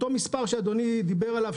אותו מספר שאדוני דיבר עליו,